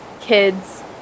kids